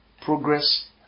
progress